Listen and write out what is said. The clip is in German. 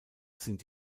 sind